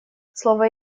слово